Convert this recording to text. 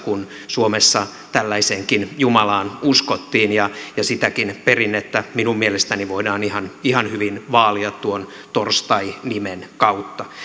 kun suomessa tällaiseenkin jumalaan uskottiin ja sitäkin perinnettä minun mielestäni voidaan ihan ihan hyvin vaalia tuon torstai nimen kautta